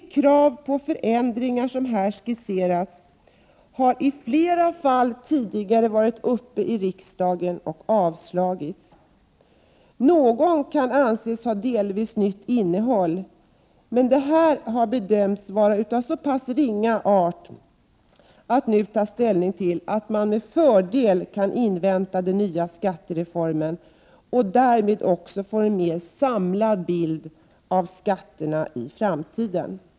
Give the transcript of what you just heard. De krav på förändringar som här skisseras har i flera fall tidigare varit uppe i riksdagen och avslagits. Något krav kan anses ha delvis nytt innehåll, men det nu framförda förslaget har bedömts vara av sådan art att det har ringa värde att man nu tar ställning till förslaget. Man kan med fördel invänta den nya skattereformen och därmed också få en mer samlad bild av skatterna i framtiden.